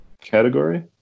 category